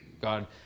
God